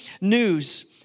news